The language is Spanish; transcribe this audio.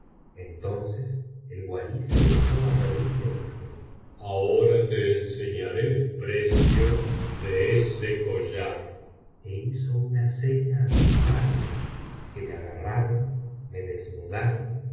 entonces el walí se echó á reír y me dijo ahora te enseñaré el precio de ese collar é hizo una seña á sus guardias que me agarraron me desnudaron